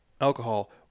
alcohol